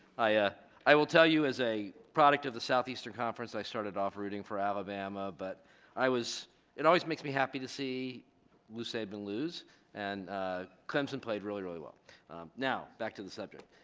i ah i will tell you as a product of the southeastern conference i started off rooting for alabama but i was it always makes me happy to see you sabin lose and clemson played really really well now back to the subject